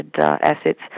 assets